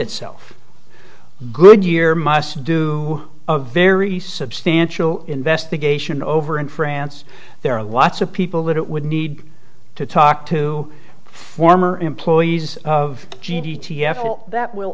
itself goodyear must do a very substantial investigation over in france there are lots of people that it would need to talk to former employees of the g d t f that will